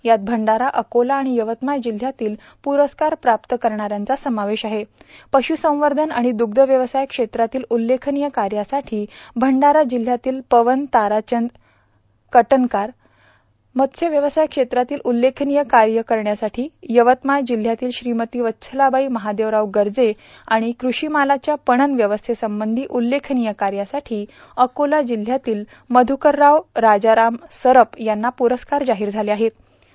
यात भाष्ठारा अकोला आणि यवतमाळ जिल्ह्यातील प्रस्कार प्राप्त करणाऱ्याब्रा समावश आह पश्सप्रधन आणि द्ग्धव्यवसाय क्षप्रातील उल्लख्जनीय कार्यासाठी भुष्ठारा जिल्ह्यातील पवन ताराचव्व कटनकार मत्स्य व्यवसाय क्षाव्वातील उल्लखनीय कार्यासाठी यवतमाळ जिल्ह्यातील श्रीमती वच्छलाबाई महादववराव गर्जे आणि कृषी मालाच्या पणन व्यवस्थ्रक्षष्ठधी उल्लक्ष्ठनीय कार्यासाठी अकोला जिल्ह्यातील मध्करराव राजाराम सरप याप्रा प्रस्कार जाहीर झाल आहम्र